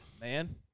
man